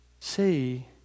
See